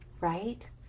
right